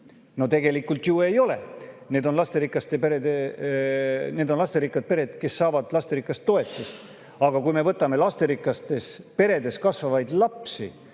No tegelikult ju ei ole! Need on lasterikkad pered, kes saavad lasterikaste toetust. Aga kui me võtame lasterikastes peredes kasvavad lapsed,